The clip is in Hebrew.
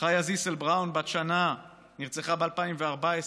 חיה זיסל בראון, בת שנה, נרצחה ב-2014.